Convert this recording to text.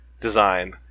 design